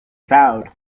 vowed